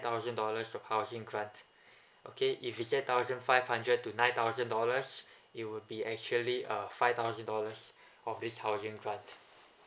thousand dollars of housing grant okay if you say eight thousand five hundred to nine thousand dollars it would be actually uh five thousand dollars of this housing grant